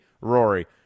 Rory